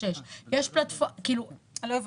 8. לא הבנתי.